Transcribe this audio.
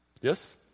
Yes